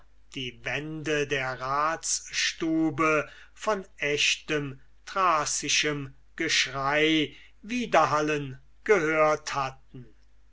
die wände der ratsstube von echtem thracischem geschrei widerhallen gehört hatten